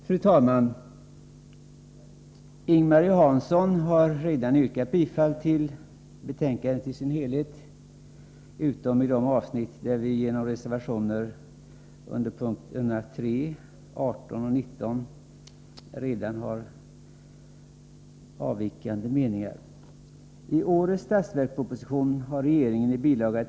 Fru talman! Ing-Marie Hansson har redan yrkat bifall till utskottets hemställan avseende betänkandet i dess helhet, utom i de avsnitt där vi genom reservationer under punkterna 3, 18 och 19 har redovisat avvikande meningar. I årets budgetproposition har regeringen i bil.